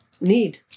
need